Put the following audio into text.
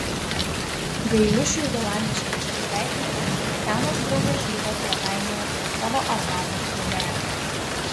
gailiušiui galantiškai atsisveikinus senos draugės liko svetainėje prie savo arbatos puodelių